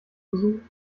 besucht